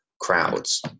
crowds